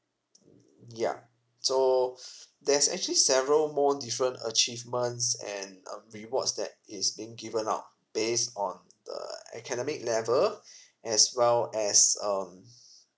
ya so there's actually several more different achievements and um rewards that is being given out based on the academic level as well as um